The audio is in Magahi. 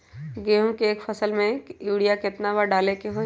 गेंहू के एक फसल में यूरिया केतना बार डाले के होई?